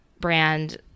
brand